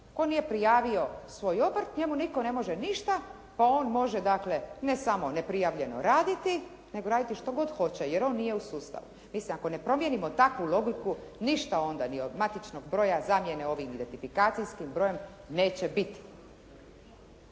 tko nije prijavio svoj obrt njemu nitko ne može ništa pa on može dakle ne samo neprijavljeno raditi nego raditi što god hoće, jer on nije u sustavu. Mislim ako ne promijenimo takvu logiku ništa onda ni od matičnog proja, zamjene ovim identifikacijskim brojem, neće biti